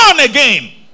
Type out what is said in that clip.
again